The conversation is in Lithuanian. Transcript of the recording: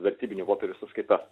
vertybinių popierių sąskaita